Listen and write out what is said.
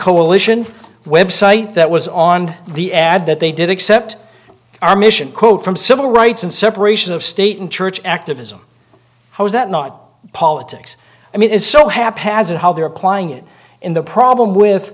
coalition website that was on the ad that they did accept our mission quote from civil rights and separation of state and church activism how is that not politics i mean it's so haphazard how they're applying it in the problem with